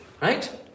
right